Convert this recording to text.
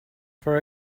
for